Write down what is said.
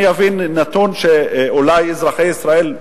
אני אביא נתון שאולי אזרחי ישראל,